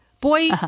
Boy